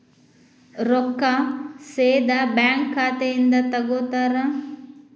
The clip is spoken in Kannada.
ರೊಕ್ಕಾ ಸೇದಾ ಬ್ಯಾಂಕ್ ಖಾತೆಯಿಂದ ತಗೋತಾರಾ?